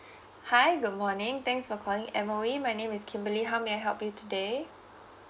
hi good morning thanks for calling M_O_E my name is kimberly how may I help you today